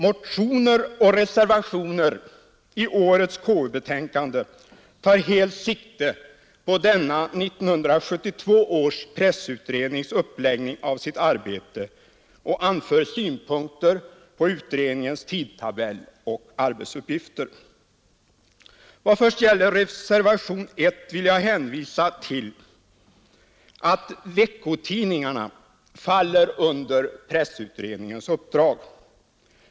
Motioner och reservationer i årets KU-betänkande tar helt sikte på denna 1972 års pressutrednings uppläggning av sitt arbete och anför synpunkter på utredningens tidtabell och arbetsuppgifter. I vad först gäller reservationen 1 vill jag hänvisa till att veckotidningarna faller under pressutredningens uppdrag.